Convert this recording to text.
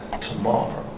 tomorrow